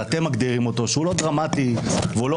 ואתם מגדירים אותו שהוא לא דרמטי והוא לא